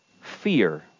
fear